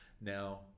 Now